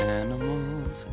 animals